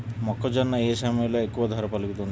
మొక్కజొన్న ఏ సమయంలో ఎక్కువ ధర పలుకుతుంది?